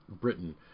Britain